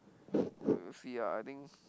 see ah I think